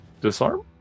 disarm